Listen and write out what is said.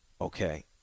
Okay